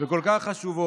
וכל כך חשובות: